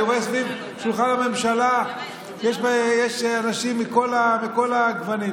אני רואה שסביב שולחן הממשלה יש אנשים מכל הגוונים.